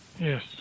Yes